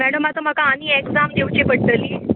madam आतां म्हाका आनी ऍक्झाम दिवची पडटली